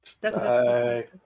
Bye